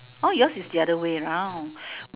oh yours is the other way round